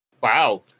Wow